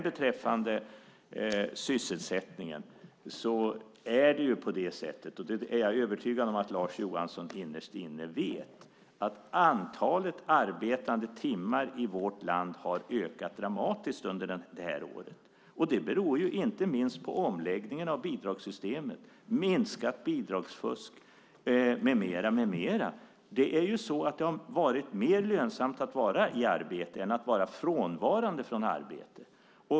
Beträffande sysselsättningen vill jag säga att antalet arbetade timmar i vårt land ökat dramatiskt under det senaste året; jag är övertygad om att Lars Johansson innerst inne vet det. Inte minst beror det på omläggningen av bidragssystemet, minskat bidragsfusk med mera. Det har varit mer lönsamt att vara i arbete än att vara frånvarande från arbete.